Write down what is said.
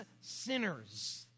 sinners